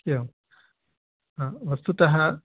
एवं हा वस्तुतः